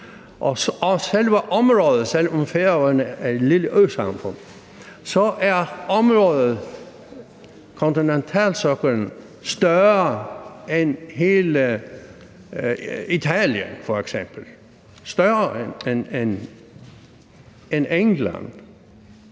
selve området, kontinentalsoklen, større end hele Italien f.eks., større end England,